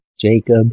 Jacob